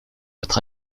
votre